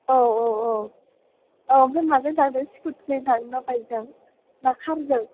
औ औ औ अ ओमफ्राय माजों लांनो स्कुटिजों थांनो ना बाइकजों ना कारजों